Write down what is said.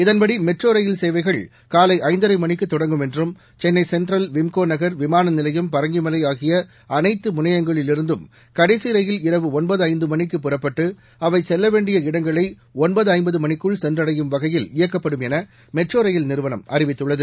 இதன்படி மெட்ரோ ரயில் சேவைகள் காலை ஐந்தரை மணிக்கு தொடங்கும் என்றும் சென்னை சென்ட்ரல் விம்கோ நகர் விமான நிலையம் பரங்கிமலை ஆகிய அனைத்து முனையங்களிலிருந்தும் கடைசி ரயில் இரவு ஒன்பது ஐந்து மணிக்கு புறப்பட்டு அவை செல்ல வேண்டிய இடங்களை ஒன்பது ஐய்பது மணிக்குள் சென்றடையும் வகையில் இயக்கப்படும் என மெட்ரோ ரயில் நிறுவனம் அறிவித்துள்ளது